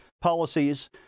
policies